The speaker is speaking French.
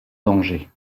danger